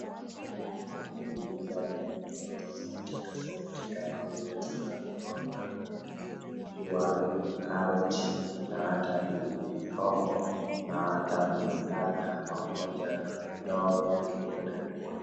Mahala pa kuuza mboga tofautitofauti kama vile tunavyoona, waru, karoti na hata pilipili hoho na hata biringanya pamoja na vindoo vilivyowekwa.